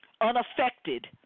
unaffected